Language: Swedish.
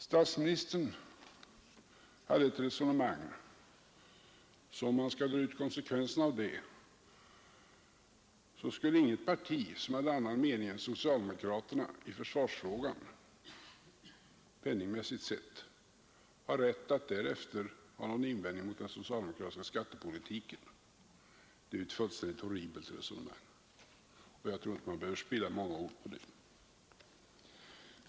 Statsministern förde ett resonemang som, om man drar ut konsekvenserna av det, innebär att inget parti som hävdar en annan mening än socialdemokraterna i försvarsfrågan, penningmässigt sett, har rätt att därefter göra några invändningar mot den socialdemokratiska skattepolitiken. Det är ju ett fullständigt horribelt resonemang, och jag tror inte att man behöver spilla många ord på det.